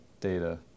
data